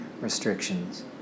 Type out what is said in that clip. restrictions